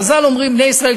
חז"ל אומרים: בני ישראל,